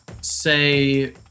say